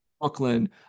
Brooklyn